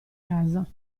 casa